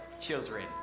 children